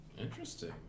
Interesting